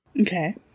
Okay